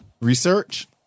research